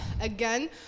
Again